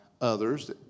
others